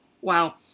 Wow